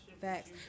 Facts